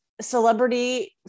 celebrity